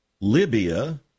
Libya